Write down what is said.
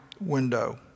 window